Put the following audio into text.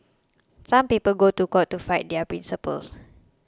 some people go to court to fight their principles